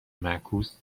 معکوس